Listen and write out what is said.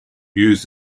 use